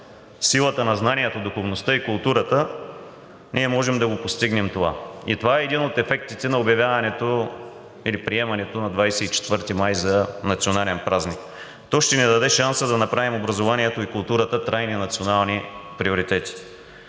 силата на знанието, духовността и културата, ние можем да го постигнем това. И това е един от ефектите на обявяването или приемането на 24 май за национален празник. То ще ни даде шанса да направим образованието и културата трайни национални приоритети.